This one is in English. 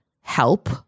help